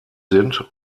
sind